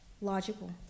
logical